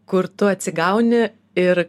kur tu atsigauni ir